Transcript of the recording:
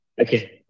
Okay